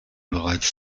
bereits